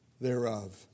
thereof